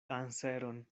anseron